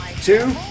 two